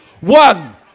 One